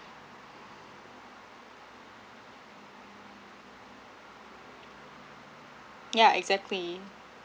yeah exactly